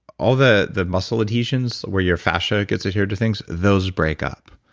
all the the muscle adhesions where your fascia gets adhered to things, those break up,